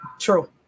True